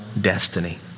destiny